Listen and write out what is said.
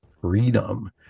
freedom